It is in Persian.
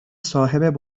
صاحب